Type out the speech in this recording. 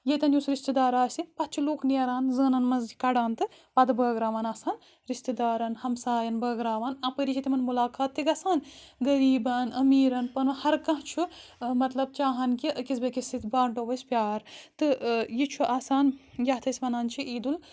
یَتؠن یُس رِشتہٕ دار آسہِ پَتہٕ چھُ لوٗکھ نیران زٲنَن منز یہِ کَڑان تہٕ پَتہٕ بٲگراوان آسان رِشتہٕ دارَن ہَمسایَن بٲگراوان اَپٲی چھِ تِمَن مُلاقات تہِ گَسان غریٖبَن امیٖرَن پَنُن ہر کانٛہہ چھُ مطلب چاہان کہِ ٲکِس بیٚکِس سۭتۍ بانٛٹو أسۍ پیار تہٕ یہِ چھُ آسان یَتھ ٲسۍ وَنان چھُ عیٖدُل